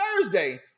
Thursday